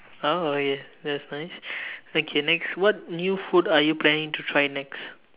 oh ya that's nice okay next what new food are you planning to try next